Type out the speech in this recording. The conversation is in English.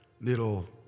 little